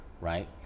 right